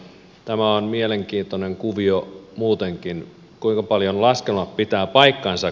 tämä on mielenkiintoinen kuvio muutenkin kuinka paljon laskelmat pitävät paikkansa